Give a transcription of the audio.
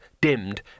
dimmed